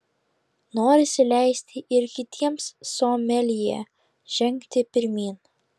norisi leisti ir kitiems someljė žengti pirmyn